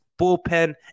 bullpen